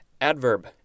Adverb